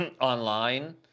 online